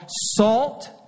salt